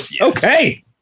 Okay